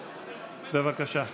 בבקשה.